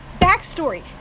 backstory